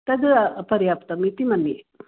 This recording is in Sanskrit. तद् पर्याप्तम् इति मन्ये